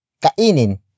Kainin